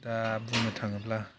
दा बुंनो थाङोब्ला